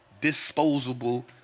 disposable